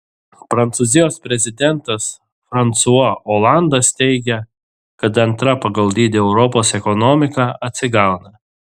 prancūzijos prezidentas fransua olandas teigia kad antra pagal dydį europos ekonomika atsigauna